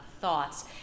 thoughts